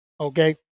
Okay